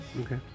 okay